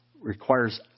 requires